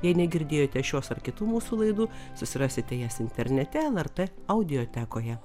jei negirdėjote šios ar kitų mūsų laidų susirasite jas internete el er tė auditekoje